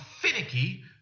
finicky